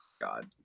God